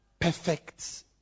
perfect